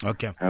Okay